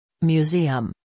Museum